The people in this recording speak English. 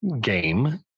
game